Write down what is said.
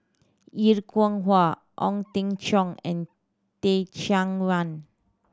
Er Kwong Wah Ong Teng Cheong and Teh Cheang Wan